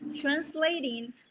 translating